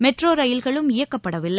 மெட்ரோரயில்களும் இயக்கப்படவில்லை